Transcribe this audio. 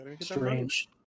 Strange